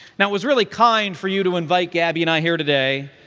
now, it was really kind for you to invite gabby and i here today,